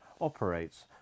operates